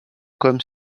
comme